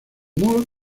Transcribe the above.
moore